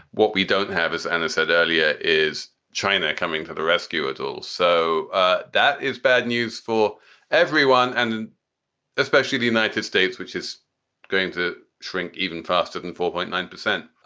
what we don't have, as anna said earlier, is china coming to the rescue at all. so ah that is bad news for everyone, and especially the united states, which is going to shrink even faster than four point nine percent.